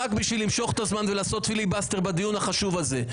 רק בשביל למשוך את הזמן ולעשות פיליבסטר בדיון החשוב הזה.